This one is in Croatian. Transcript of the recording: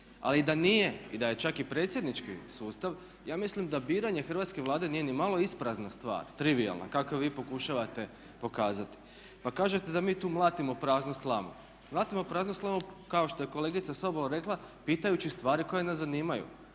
Ali i da nije i da je čak i predsjednički sustav ja mislim da biranje Hrvatske vlade nije nimalo isprazna stvar, trivijalna kako vi pokušavate pokazati. Pa kažete da mi tu mlatimo praznu slamu. Mlatimo praznu slamu kao što je kolegica Sobol rekla pitajući stvari koje nas zanimaju,